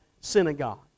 synagogue